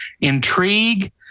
intrigue